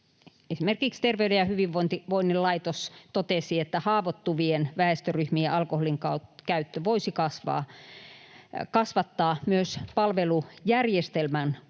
Esimerkiksi Terveyden ja hyvinvoinnin laitos totesi, että haavoittuvien väestöryhmien alkoholinkäyttö voisi kasvattaa myös palvelujärjestelmän kuormitusta